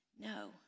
no